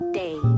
day